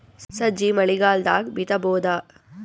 ಸಜ್ಜಿ ಮಳಿಗಾಲ್ ದಾಗ್ ಬಿತಬೋದ?